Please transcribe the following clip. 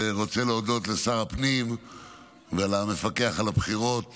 ורוצה להודות לשר הפנים ולמפקח על הבחירות